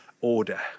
order